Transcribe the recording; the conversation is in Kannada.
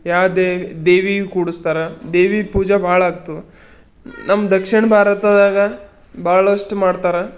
ಯಾವ ದೇವಿ ಕೂಡಿಸ್ತಾರ ದೇವಿ ಪೂಜೆ ಭಾಳ ಆಗ್ತದೆ ನಮ್ಮ ದಕ್ಷಿಣ ಭಾರತದಾಗ ಭಾಳಷ್ಟು ಮಾಡ್ತಾರೆ